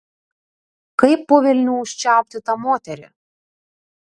kaip po velnių užčiaupti tą moterį